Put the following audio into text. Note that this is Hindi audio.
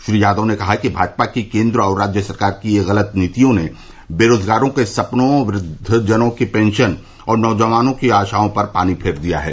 श्री यादव ने कहा कि भाजपा की केन्द्र और राज्य सरकारों की ग़लत नीतियों ने बेरोज़गारों के सपनों वृद्वजनों की पेंशन और नौजवानों की आशाओं पर पानी फेर दिया है